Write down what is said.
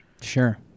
Sure